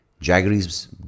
Jaggery's